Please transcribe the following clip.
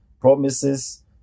promises